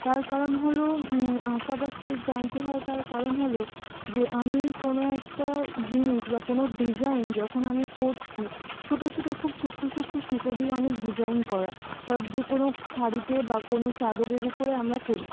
তার কারণ হলো আঁকা বা স্কেচ জানতে হয় তার কারণ হলো যে আমি কোনো একটা জিনিস বা কোনো ডিজাইন যখন আমি করছি ছোটো ছোটো খুব সূক্ষ্ণ সূক্ষ্ণ সুতো দিয়ে অনেক ডিজাইন করা বা যে কোনো শাড়িতে বা কোনো চাদরের উপরে আমরা করি